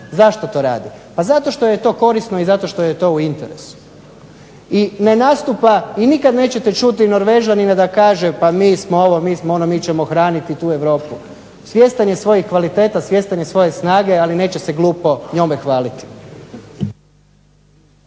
Zašto to radi, pa zato što je to korisno i zato što joj je to u interesu, I ne nastupa i nikad nećete čuti Norvežanina da kaže pa mi smo ovo, mi smo ono, mi ćemo hraniti tu Europu. Svjestan je svojih kvaliteta, svjestan je svoje snage ali neće se glupo njome hvaliti.